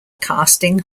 casting